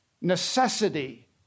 necessity